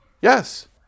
Yes